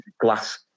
glass